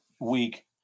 week